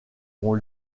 ont